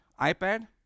iPad